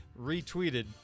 retweeted